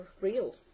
real